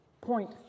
point